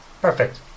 perfect